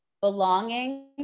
belonging